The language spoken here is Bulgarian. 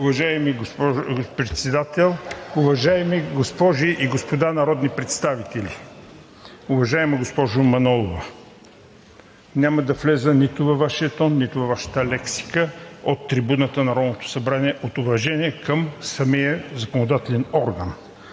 уважаеми госпожи и господа народни представители! Уважаема госпожо Манолова, няма да вляза нито във Вашия тон, нито във Вашата лексика от трибуната на Народното събрание от уважение към самия законодателен орган.